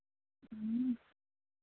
ह्म्म